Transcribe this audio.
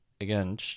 again